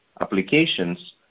applications